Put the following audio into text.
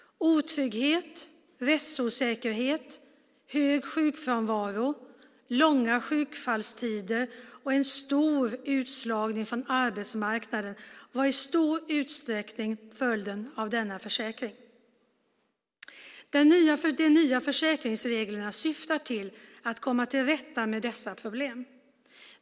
Otrygghet, rättsosäkerhet, höga sjukfrånvaronivåer, långa sjukfallstider och en stor utslagning från arbetsmarknaden var i stor utsträckning följder av den mjuka försäkringen. De nya sjukförsäkringsreglerna syftar till att komma till rätta med dessa problem.